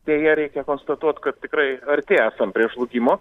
deja reikia konstatuot kad tikrai arti esam prie žlugimo